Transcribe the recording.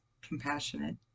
compassionate